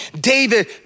David